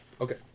Okay